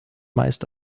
meist